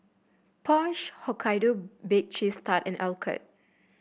Porsche Hokkaido Baked Cheese Tart and Alcott